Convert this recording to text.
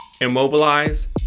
immobilize